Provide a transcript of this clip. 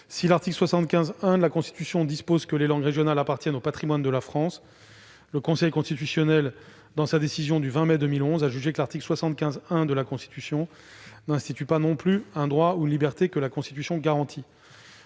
Si l'article 75-1 de la Constitution dispose que les « langues régionales appartiennent au patrimoine de la France », le Conseil constitutionnel a jugé, dans sa décision du 20 mai 2011, que « cet article n'institue pas un droit ou une liberté que la Constitution garantit